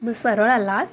मग सरळ आलात